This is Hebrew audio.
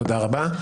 תודה רבה.